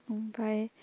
ओमफाय